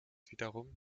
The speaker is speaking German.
wiederum